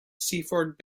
seaford